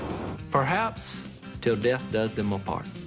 perhaps till death does them apart.